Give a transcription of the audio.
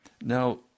Now